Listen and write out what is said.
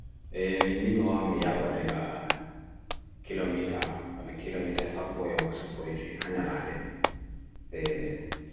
Eeh min ni mi wawan mi yaɓa ɗaga kilomita ɓana kilomita sappo yahugo sappo e' jui ha nyalaaɗe